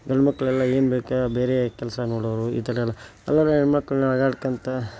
ಗಂಡುಮಕ್ಳೆಲ್ಲಾ ಏನು ಬೇಕಾ ಬೇರೆ ಕೆಲಸ ನೊಡೋರು ಈ ಥರ ಎಲ್ಲ ಎಲ್ಲಾರ ಹೆಣ್ಮಕ್ಕಳು ನಗಾಡ್ಕೋತಾ